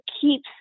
keeps